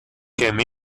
came